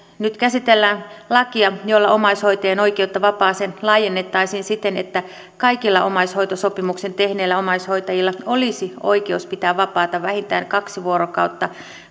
nyt käsitellään lakia jolla omaishoitajien oikeutta vapaaseen laajennettaisiin siten että kaikilla omaishoitosopimuksen tehneillä omaishoitajilla olisi oikeus pitää vapaata vähintään kaksi vuorokautta